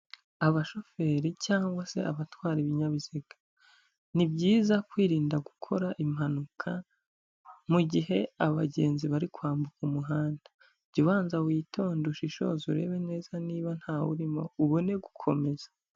Abashoferi cyangwa se abatwara ibinyabiziga, ni byiza kwirinda gukora impanuka mu gihe abagenzi bari kwambuka umuhanda, jya ubanza witonde ushishoze urebe neza niba ntawurimo, ubone gukomeza.